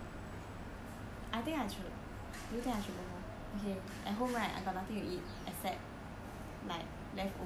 I think I should do you think I should go home okay at home right I got nothing to eat except like leftover pizza